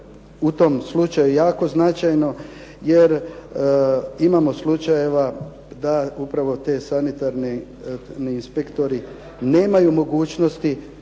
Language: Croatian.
u tom slučaju jako značajno, jer imamo slučajeva da upravo ti sanitarni inspektori nemaju mogućnosti